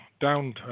down